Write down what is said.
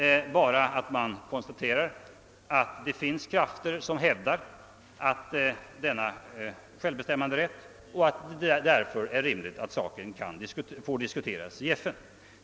Det innebär bara ett konstaterande av att det finns krafter som hävdar denna självbestämmanderätt och att det därför är rimligt att saken får diskuteras i FN.